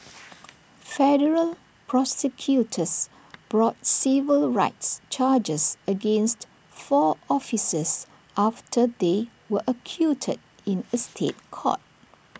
federal prosecutors brought civil rights charges against four officers after they were acquitted in A State Court